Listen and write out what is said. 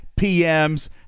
PMs